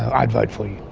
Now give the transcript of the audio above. i'd vote for you.